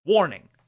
Warning